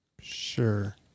Sure